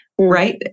Right